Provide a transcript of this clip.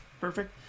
perfect